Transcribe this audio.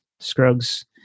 Scruggs